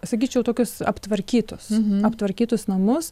sakyčiau tokius aptvarkytus aptvarkytus namus